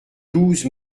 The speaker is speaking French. douze